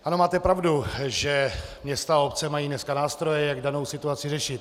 Ano, máte pravdu, že města a obce mají dneska nástroje, jak danou situaci řešit.